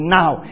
now